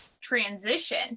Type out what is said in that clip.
transition